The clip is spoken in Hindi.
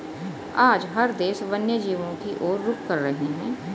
आज हर देश वन्य जीवों की और रुख कर रहे हैं